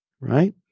right